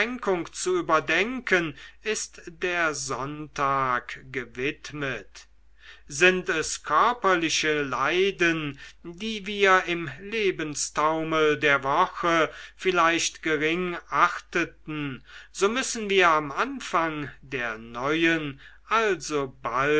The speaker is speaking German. zu überdenken ist der sonntag gewidmet sind es körperliche leiden die wir im lebenstaumel der woche vielleicht gering achteten so müssen wir am anfang der neuen